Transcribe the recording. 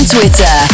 Twitter